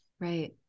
Right